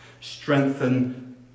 strengthen